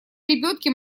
лебедки